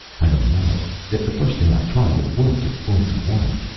i don't know. if the first thing i try will work, it won't be long.